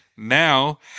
Now